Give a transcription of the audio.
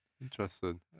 Interesting